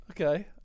Okay